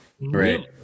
right